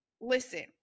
listen